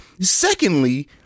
Secondly